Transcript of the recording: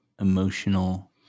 emotional